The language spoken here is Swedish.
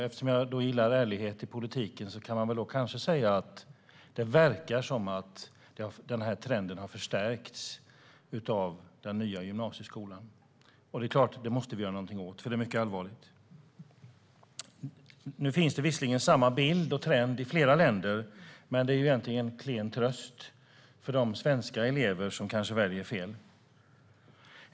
Eftersom jag gillar ärlighet i politiken kan jag säga att det verkar som att den trenden har förstärkts av den nya gymnasieskolan. Det är klart att vi måste göra någonting åt det, för det är mycket allvarligt. Nu finns visserligen samma bild och trend i flera länder, men det är en klen tröst för de svenska elever som kanske väljer fel.